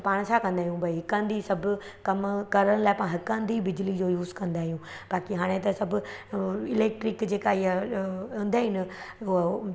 त पाण छा कंदा आहियूं भई हिकु हंधु ई सभु कमु करण लाइ पाण हिकु हंधु ई बिजली जो यूज़ कंदा आहियूं बाक़ी हाणे त सभु इलेक्ट्रिक जेका इहा हूंदा आहिनि उहो